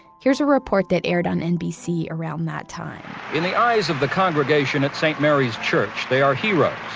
here's a report that aired on nbc around that time in the eyes of the congregation at st. mary's church, they are heroes.